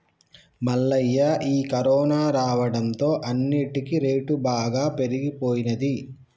మల్లయ్య ఈ కరోనా రావడంతో అన్నిటికీ రేటు బాగా పెరిగిపోయినది